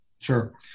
Sure